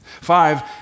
Five